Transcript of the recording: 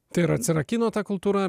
tai ir atsirakino tą kultūrą